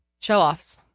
show-offs